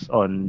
on